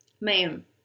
Ma'am